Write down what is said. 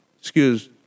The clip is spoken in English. excuse